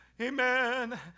amen